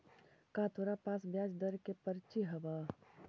का तोरा पास ब्याज दर के पर्ची हवअ